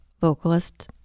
vocalist